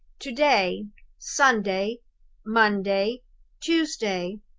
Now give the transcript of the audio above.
to-day sunday monday tuesday.